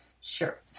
Sure